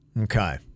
Okay